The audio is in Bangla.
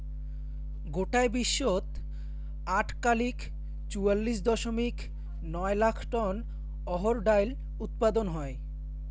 গোটায় বিশ্বত আটকালিক চুয়াল্লিশ দশমিক নয় লাখ টন অহর ডাইল উৎপাদন হয়